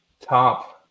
top